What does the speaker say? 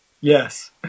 Yes